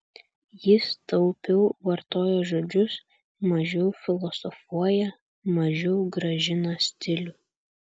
jis taupiau vartoja žodžius mažiau filosofuoja mažiau gražina stilių